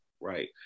right